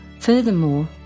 Furthermore